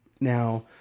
Now